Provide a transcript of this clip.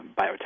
biotech